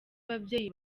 ababyeyi